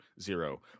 zero